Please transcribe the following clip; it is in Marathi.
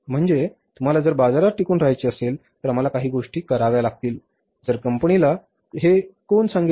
म्हणजे तुम्हाला जर बाजारात टिकून रहायचे असेल तर आम्हाला काही गोष्टी कराव्या लागतील तर कंपनीला कोण सांगेल